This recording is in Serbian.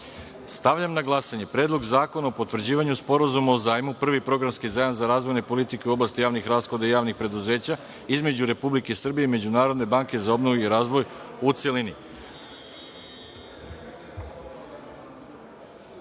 na glasanje Predlog zakona o potvrđivanju Sporazuma o zajmu, Prvi programski zajam za razvojne politike u oblasti javnih rashoda i javnih preduzeća između Republike Srbije i Međunarodne banke za obnovu i razvoj u